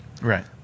right